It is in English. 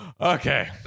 Okay